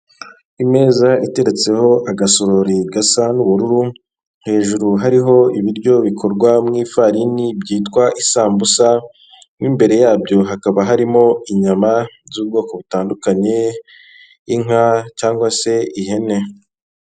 Imeza iteretseho agasorori gasa n'ubururu hejuru hariho ibiryo bikorwa mu ifarini byitwa isambusa, mu imbere yabyo hakaba harimo inyama z'ubwoko butandukanye inka cyangwa se ihene.